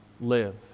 live